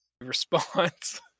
response